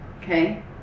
okay